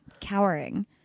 cowering